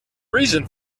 reason